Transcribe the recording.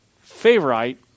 favorite